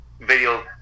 video